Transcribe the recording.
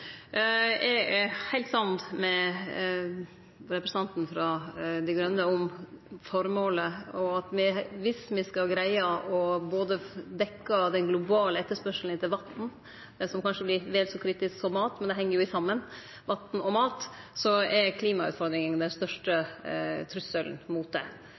Eg er heilt samd med representanten frå Miljøpartiet Dei Grøne når det gjeld føremålet. Og dersom me skal greie å dekkje den globale etterspørselen etter både vatn – som kanskje vert vel så kritisk som mat, men det heng jo saman – og mat, så er klimautfordringane den største trusselen